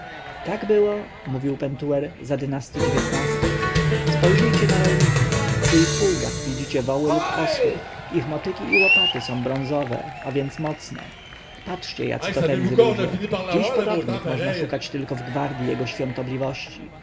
tak było mówił pentuer za dnak dziewiętnasty spojrzyj cię na rolników przy ich pługach widzicie woły lub osły ich motyki i łopaty są bronzowe a więc mocne patrzcie jacy to tędzy ludzie dziś podobnych można spotkać tylko w gwardji jego świątobliwości